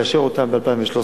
לאשר אותן ב-2013,